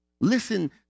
listen